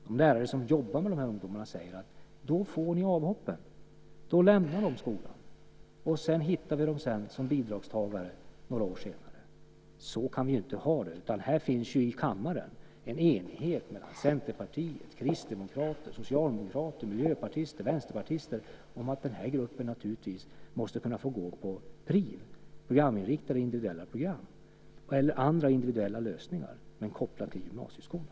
De lärare som jobbar med dessa ungdomar säger: Då får vi avhoppen. Då lämnar de skolan. Sedan hittar vi dem som bidragstagare några år senare. Så kan vi inte ha det. Här i kammaren finns en enhet mellan centerpartister, kristdemokrater, socialdemokrater, miljöpartister och vänsterpartister om att denna grupp naturligtvis måste kunna få gå på PRIV, programinriktade individuella program, eller andra individuella lösningar, dock kopplade till gymnasieskolan.